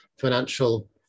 financial